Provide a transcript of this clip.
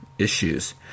issues